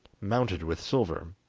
mounted with silver.